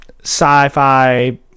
sci-fi